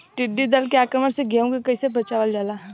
टिडी दल के आक्रमण से गेहूँ के कइसे बचावल जाला?